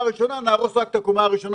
הראשונה אז נהרוס רק את הקומה הראשונה.